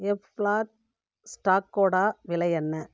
F flat ஸ்டாக்கோட விலை என்ன